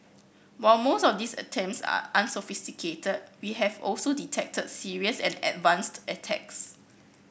while most of these attempts are unsophisticated we have also detected serious and advanced attacks